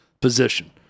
position